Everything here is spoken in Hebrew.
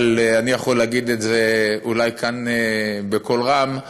אבל אני יכול להגיד את זה אולי כאן בקול רם,